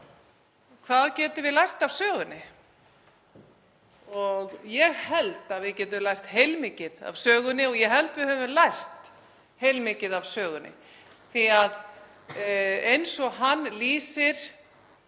við getum lært af sögunni. Ég held að við getum lært heilmikið af sögunni og ég held við höfum lært heilmikið af sögunni, því að þegar hann lýsir